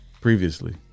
previously